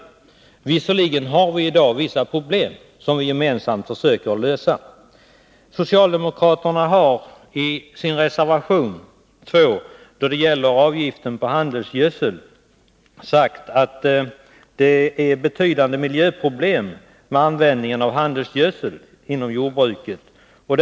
Men det skall erkännas att vi i dag har vissa problem, som vi gemensamt försöker lösa. Socialdemokraterna säger i sin reservation 2, som gäller avgiften på handelsgödselmedel, att användningen av handelsgödsel inom jordbruket medför betydande miljöproblem.